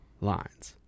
lines